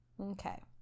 Okay